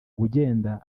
ugenda